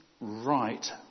right